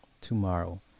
Tomorrow